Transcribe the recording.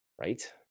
right